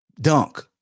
Dunk